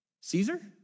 Caesar